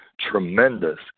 tremendous